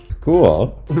Cool